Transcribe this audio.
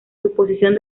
suposición